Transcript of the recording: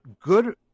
good